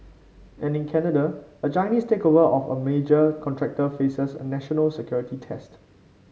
and in Canada a Chinese takeover of a major contractor faces a national security test